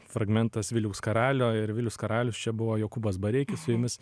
fragmentas viliaus karalio ir vilius karalius čia buvo jokūbas bareikis su jumis